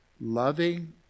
Loving